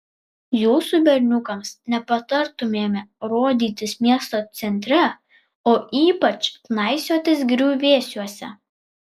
jūsų berniukams nepatartumėme rodytis miesto centre o ypač knaisiotis griuvėsiuose